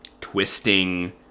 twisting